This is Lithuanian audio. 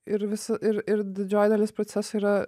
ir visi ir ir didžioji dalis proceso yra